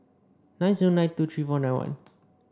nine zero nine two three four nine one